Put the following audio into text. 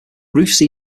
ruth